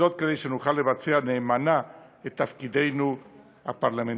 וזאת כדי שנוכל לבצע נאמנה את תפקידנו הפרלמנטרי,